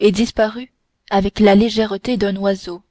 et disparut avec la légèreté d'un oiseau